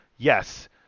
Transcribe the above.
Yes